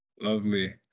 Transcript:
lovely